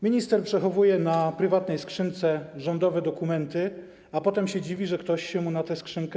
Minister przechowuje na prywatnej skrzynce rządowe dokumenty, a potem się dziwi, że ktoś mu się włamuje na tę skrzynkę.